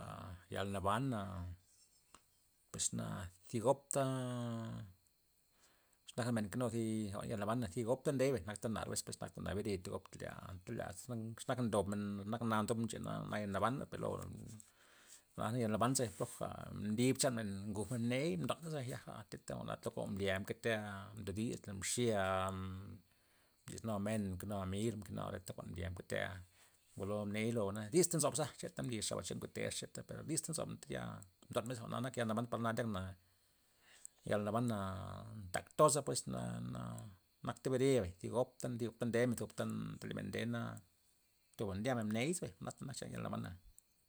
A yal nabana pues na zi gopta, xe nak re men nkenu zi jwa'n yalnaba zi gopta ndey bay nakta nar bes pues nakta bere thi gob le'a anta le'a ze- zenaka ndobmen ze nak na ndobna ncheyana naya nabana per, lo jwa'na nak yal naban ze poja mdib chanmen ngujmen mney mdona zebay yaja thipta jwa'na popa jwa'n mblya mke te'a mdo disla, mxya, mdo disnua men mkenua amig mkenua re ta jwa'n mblia mketa ngolo mney lo ney dista nzobza cheta mblixaba cheta ngoteza cheta per dista nzob tayal nda men jwa'na nak yal naban par na ndyakna, yal nabana ntak toza pues na- na nakta bere zi gopta ndyu ndemen te le men nde na luego ndyamen mney ze bay jwa'na nak chan yal naban.